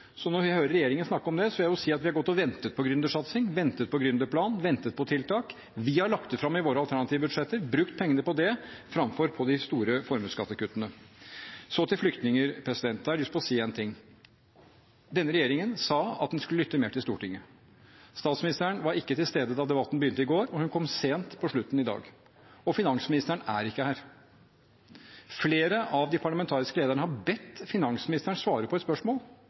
vi hører regjeringen snakke om det, vil jeg si at vi har gått og ventet på gründersatsing, ventet på gründerplan, ventet på tiltak. Vi har lagt det fram i våre alternative budsjetter og brukt pengene på det framfor på de store formuesskattekuttene. Så til flyktninger, og da har jeg lyst til å si en ting: Denne regjeringen sa at den skulle lytte mer til Stortinget. Statsministeren var ikke til stede da debatten begynte i går, og hun kom sent på slutten i dag, og finansministeren er ikke her. Flere av de parlamentariske lederne har bedt finansministeren svare på et spørsmål.